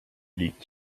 liegt